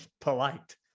polite